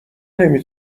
نمی